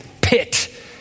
pit